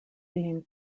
being